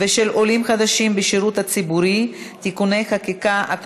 ושל עולים חדשים בשירות הציבורי (תיקוני חקיקה),